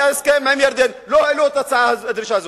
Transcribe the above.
היה הסכם עם ירדן, לא העלו את הדרישה הזאת.